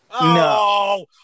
No